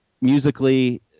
musically